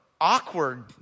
awkward